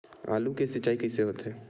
आलू के सिंचाई कइसे होथे?